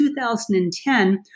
2010